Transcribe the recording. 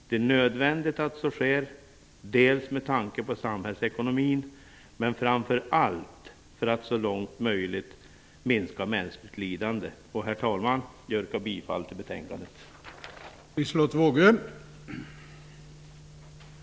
Det är nödvändigt att så sker med tanke på samhällsekonomin, men framför allt för att så långt möjligt minska mänskligt lidande. Herr talman! Jag yrkar bifall till utskottets hemställan.